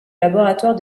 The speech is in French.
laboratoire